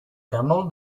camel